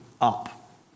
up